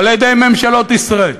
על-ידי ממשלות ישראל,